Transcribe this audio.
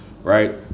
Right